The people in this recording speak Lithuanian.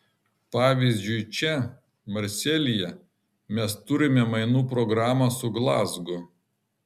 pavyzdžiui čia marselyje mes turime mainų programą su glazgu